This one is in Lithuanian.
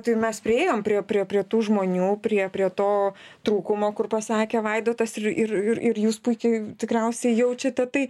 tai mes priėjom prie prie prie tų žmonių prie prie to trūkumo kur pasakė vaidotas ir ir ir jūs puikiai tikriausiai jaučiate tai